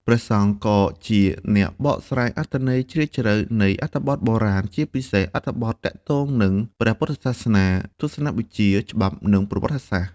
ព្រះសង្ឃក៏ជាអ្នកបកស្រាយអត្ថន័យជ្រាលជ្រៅនៃអត្ថបទបុរាណ ជាពិសេសអត្ថបទទាក់ទងនឹងព្រះពុទ្ធសាសនា ទស្សនវិជ្ជា ច្បាប់ និងប្រវត្តិសាស្ត្រ។